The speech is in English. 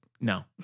No